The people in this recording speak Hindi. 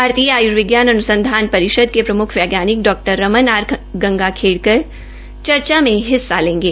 भारतीय आयुर्विज्ञान अन्संधान परिषद के प्रम्ख वैज्ञानिक डॉ रमन आर गंगाखेडकर चर्चा में हिस्सा लेंगे